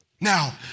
Now